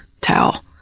towel